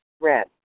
red